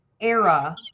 era